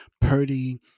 Purdy